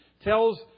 tells